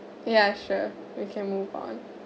ya sure we can move on